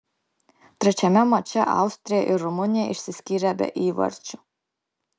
trečiame mače austrija ir rumunija išsiskyrė be įvarčių